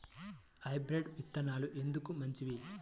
Hybrid విత్తనాలు ఎందుకు మంచివి?